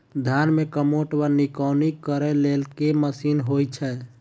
धान मे कमोट वा निकौनी करै लेल केँ मशीन होइ छै?